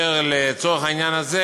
לצורך העניין הזה